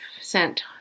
sent